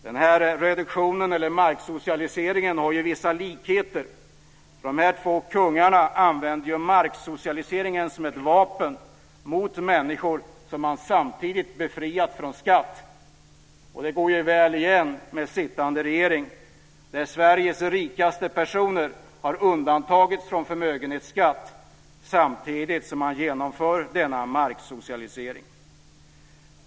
Den här reduktionen eller marksocialiseringen har vissa likheter med den. De här två kungarna använde marksocialiseringen som ett vapen mot människor som man samtidigt hade befriat från skatt. Det går väl igen med sittande regering. Sveriges rikaste personer har undantagits från förmögenhetsskatt samtidigt som man genomför denna marksocialisering.